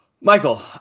Michael